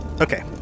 Okay